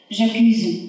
J'accuse